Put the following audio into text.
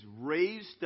raised